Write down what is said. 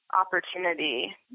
opportunity